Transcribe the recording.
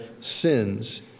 sins